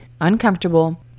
uncomfortable